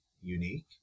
unique